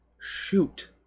Shoot